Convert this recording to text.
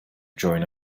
join